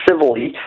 civilly